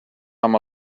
amb